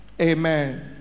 amen